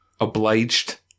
obliged